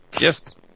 Yes